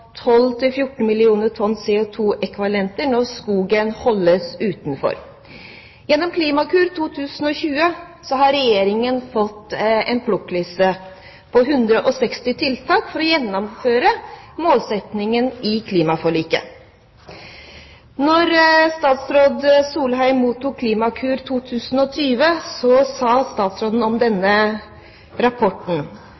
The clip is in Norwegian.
millioner tonn CO2-ekvivalenter når skogen holdes utenfor. Gjennom Klimakur 2020 har Regjeringen fått en plukkliste på 160 tiltak for å gjennomføre målsettingen i klimaforliket. Da statsråd Solheim mottok Klimakur 2020, sa statsråden om